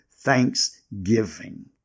thanksgiving